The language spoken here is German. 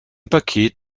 paket